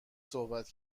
صحبت